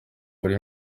uri